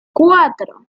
cuatro